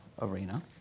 arena